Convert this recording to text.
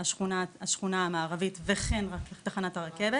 השכונה המערבית וכן תחנת הרכבת